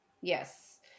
Yes